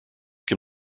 can